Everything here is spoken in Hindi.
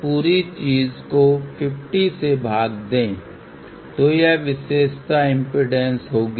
तो आप इस पूरी चीज़ को 50 से भाग दें तो यह विशेषता इम्पीडेन्स होगी